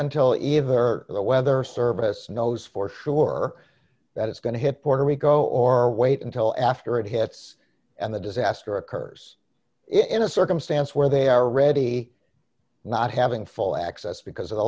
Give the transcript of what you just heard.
until either the weather service knows for sure that it's going to puerto rico or wait until after it hits and the disaster occurs in a circumstance where they are ready not having full access because of the